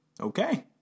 Okay